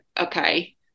okay